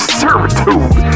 servitude